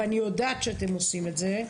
ואני יודעת שאתם עושים את זה,